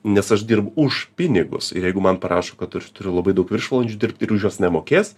nes aš dirbu už pinigus ir jeigu man parašo kad turiu labai daug viršvalandžių dirbt ir už juos nemokės